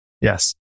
Yes